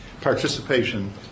participation